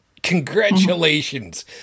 Congratulations